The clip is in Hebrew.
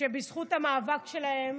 שבזכות המאבק שלהם